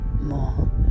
More